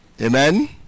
Amen